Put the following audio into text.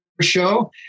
show